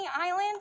island